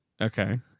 Okay